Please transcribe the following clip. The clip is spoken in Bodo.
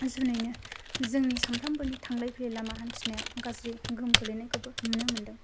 जुनैनो जोंनि सामफ्रामबोनि थांलाय फैलाय लामा हान्थिनायाव गाज्रि गोहोम खोख्लैनायखौओ नुनो मोनदों